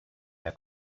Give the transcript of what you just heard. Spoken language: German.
herr